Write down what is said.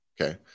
okay